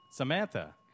Samantha